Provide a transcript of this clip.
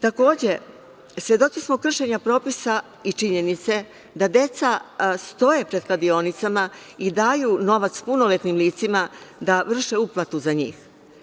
Takođe, svedoci smo kršenja propisa i činjenice da deca stoje pred kladionicama i daju novac punoletnim licima da vrše uplatu za njih.